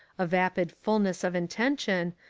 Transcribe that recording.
a vapid fulness of intention,